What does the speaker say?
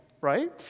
right